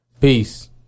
Peace